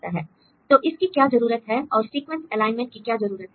तो इसकी क्या जरूरत है और सीक्वेंस एलाइनमेंट की क्या जरूरत है